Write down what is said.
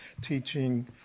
teaching